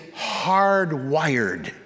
hardwired